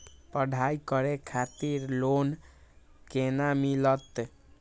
पढ़ाई करे खातिर लोन केना मिलत?